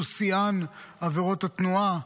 שהוא שיאן עבירות התנועה.